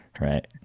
Right